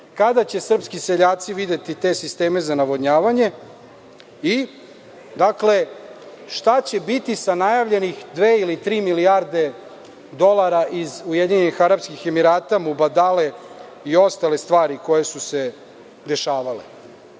Kada će srpski seljaci videti te sisteme za navodnjavanje i dakle, šta će biti sa najavljenih dve ili tri milijarde dolara iz Ujedinjenih Arapskih Emirata, Mubadale i ostale stvari koje su se dešavale. Da